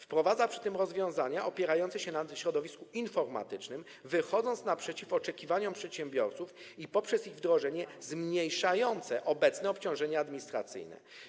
Wprowadza przy tym rozwiązania opierające się na środowisku informatycznym, wychodząc naprzeciw oczekiwaniom przedsiębiorców i poprzez ich wdrożenie zmniejszając obecne obciążenia administracyjne.